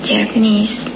Japanese